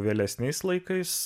vėlesniais laikais